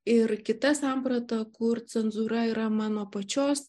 ir kita samprata kur cenzūra yra mano pačios